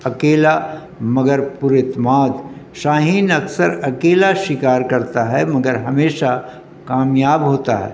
اکیلا مگر پر اعتماد شاہین اکثر اکیلا شکار کرتا ہے مگر ہمیشہ کامیاب ہوتا ہے